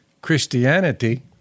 Christianity